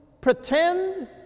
pretend